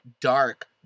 dark